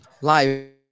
live